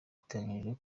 biteganyijwe